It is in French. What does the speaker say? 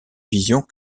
visions